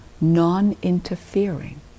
non-interfering